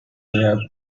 near